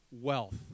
wealth